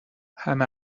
همه